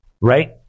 right